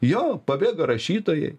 jo pabėgo rašytojai